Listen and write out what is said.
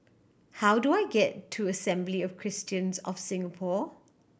how do I get to Assembly of Christians of Singapore